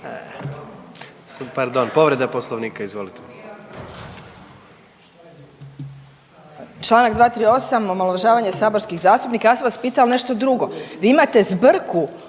Pardon, povreda Poslovnika, izvolite.